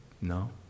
No